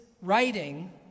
writing